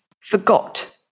forgot